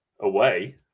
away